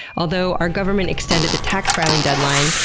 although our government extended the tax filing deadline,